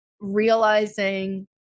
realizing